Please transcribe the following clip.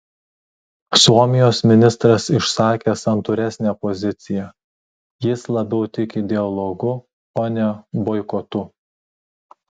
suomijos ministras išsakė santūresnę poziciją jis labiau tiki dialogu o ne boikotu